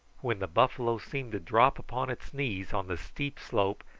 when the buffalo seemed to drop upon its knees on the steep slope,